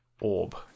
orb